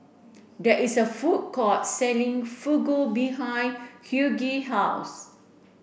there is a food court selling Fugu behind Hughie house